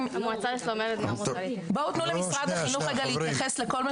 אני מבקש שתתייחסו פה לדברים